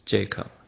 Jacob